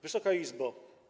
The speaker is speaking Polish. Wysoka Izbo!